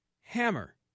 Hammer